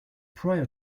prior